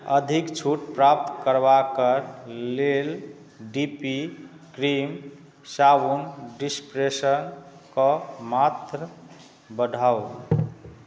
अधिक छूट प्राप्त करबाके लेल डी पी क्रीम साबुन डिस्पेसरके मात्रा बढ़ाउ